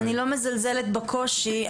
אני לא מזלזלת בקושי,